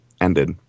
ended